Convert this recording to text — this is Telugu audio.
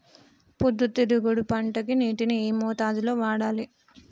పొద్దుతిరుగుడు పంటకి నీటిని ఏ మోతాదు లో వాడాలి?